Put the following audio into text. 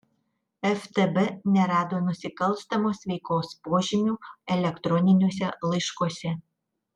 ftb nerado nusikalstamos veikos požymių elektroniniuose laiškuose